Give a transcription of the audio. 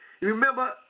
Remember